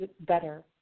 better